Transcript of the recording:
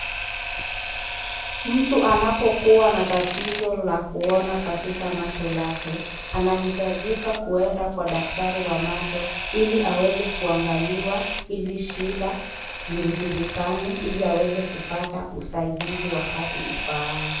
Mtu anapokua na tatizo la kuona katika macho lake, anahitajika kuenda kwa daktari wa macho ili aweze kuangaliwa ili shida lijulikane liweze kupata usaidizi wakati ufaao.